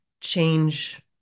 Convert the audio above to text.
change